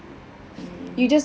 mm